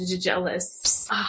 Jealous